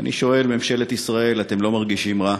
ואני שואל: ממשלת ישראל, אתם לא מרגישים רע?